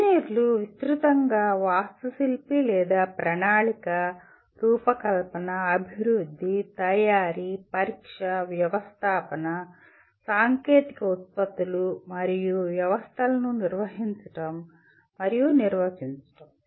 ఇంజనీర్లు విస్తృతంగా వాస్తుశిల్పి లేదా ప్రణాళిక రూపకల్పన అభివృద్ధి తయారీ పరీక్ష వ్యవస్థాపన సాంకేతిక ఉత్పత్తులు మరియు వ్యవస్థలను నిర్వహించడం మరియు నిర్వహించడం